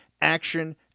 Action